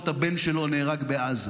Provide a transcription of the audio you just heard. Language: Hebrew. והממשלה הזו לא לגיטימית,